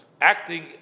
acting